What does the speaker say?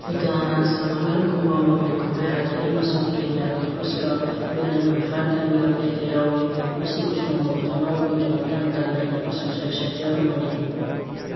ꯍꯨꯗꯥꯅ ꯁꯜꯃꯥꯟ ꯈꯥꯟ ꯀꯨꯝꯕ ꯃꯃꯤ ꯀꯨꯝꯍꯩ ꯔꯥꯙꯦ ꯑꯃꯁꯨꯡ ꯏꯂꯤꯅꯥ ꯗꯤ ꯀ꯭ꯔꯨꯖꯀ ꯂꯣꯏꯅꯅ ꯑꯟꯐꯦꯌꯔ ꯑꯦꯟ ꯂꯚꯂꯤ ꯗ ꯌꯥꯎꯏ ꯃꯁꯤ ꯀꯨꯆꯨ ꯉꯧꯕꯗ ꯉꯥꯎꯕꯒꯤ ꯃꯇꯥꯡꯗ ꯅꯩꯅꯕ ꯁꯣꯁꯤꯌꯦꯜ ꯁꯦꯇꯤꯌꯔ ꯑꯃꯅꯤ